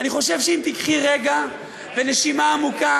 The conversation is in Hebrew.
אני חושב שאם תיקחי רגע ונשימה עמוקה